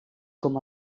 com